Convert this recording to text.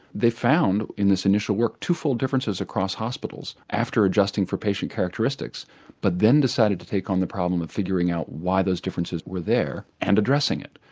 they found in this initial work twofold differences across hospitals after adjusting for patient characteristics but then decided to take on the problem of figuring out why those differences were there and addressing it.